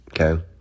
Okay